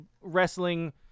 wrestling